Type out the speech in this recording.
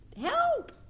help